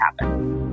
happen